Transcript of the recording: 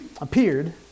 appeared